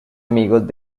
amigos